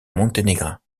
monténégrins